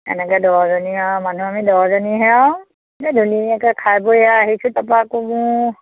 এনেকে দহজনী আৰু মানুহ আমি দহজনীহে আৰু এতিয়া ধুনীয়াকে খাই বৈ আৰু আহিছোঁ তাপা আকৌ মোৰ